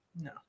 No